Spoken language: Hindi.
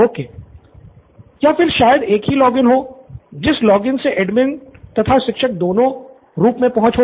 स्टूडेंट निथिन या फिर शायद एक ही लॉगिन हो जिस लॉगिन से एडमिन तथा शिक्षक दोनों रूप मे पहुंच हो सके